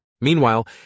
Meanwhile